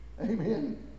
Amen